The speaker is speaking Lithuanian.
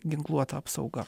ginkluota apsauga